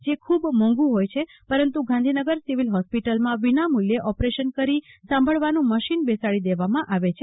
જે ખુબ મોંધુ ફોય છે અંદાજીત પરંતુ ગાંધીનગર સિવિલ ફોસ્પિટલમાં વિનામુલ્ચે ઓપરેશન કરી સાંભળવાનું મશીન બેસાડી દેવામાં આવે છે